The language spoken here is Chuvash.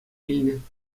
илнӗ